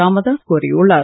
ராமதாஸ் கோரியுள்ளார்